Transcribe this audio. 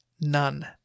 None